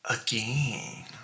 Again